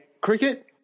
cricket